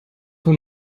will